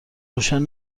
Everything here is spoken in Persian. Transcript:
روشن